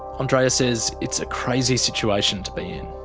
andreea says it's a crazy situation to be in.